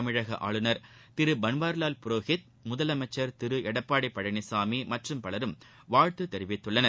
தமிழக ஆளுநர் திரு பன்வாரிலால் புரோஹித் முதலமைச்சர் திரு எடப்பாடி பழனிசாமி மற்றும் பலரும் வாழ்த்து தெரிவித்துள்ளார்கள்